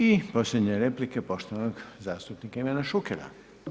I posljednja replika je poštovanog zastupnika Ivana Šukera.